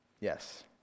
Yes